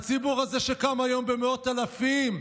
הציבור הזה שקם היום במאות אלפים,